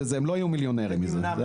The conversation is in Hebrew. והם לא יהיו מיליונרים מזה.